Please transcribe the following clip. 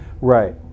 Right